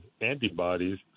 antibodies